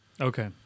Okay